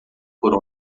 por